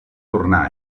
tornar